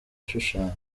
ashushanya